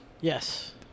Yes